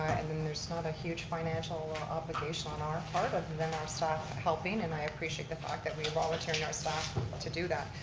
and then there's not a huge financial obligation on our part other than our staff helping. and i appreciate the fact that we are volunteering our staff to do that.